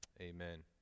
Amen